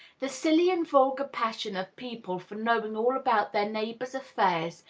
the silly and vulgar passion of people for knowing all about their neighbors' affairs,